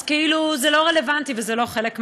זה כאילו לא רלוונטי וזה לא חלק מהסיפור.